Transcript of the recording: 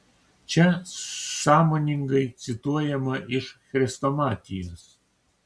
čia sąmoningai cituojama iš chrestomatijos